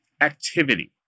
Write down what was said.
activity